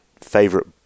favorite